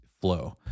flow